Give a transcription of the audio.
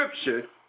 scripture